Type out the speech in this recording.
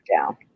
down